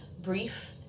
brief